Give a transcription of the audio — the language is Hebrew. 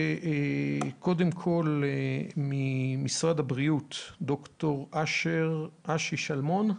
אבקש מנציג משרד הבריאות, ד"ר אשי שלמון,